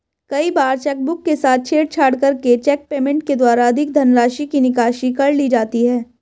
कई बार चेकबुक के साथ छेड़छाड़ करके चेक पेमेंट के द्वारा अधिक धनराशि की निकासी कर ली जाती है